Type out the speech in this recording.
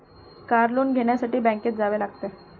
car loan घेण्यासाठी बँकेत जावे लागते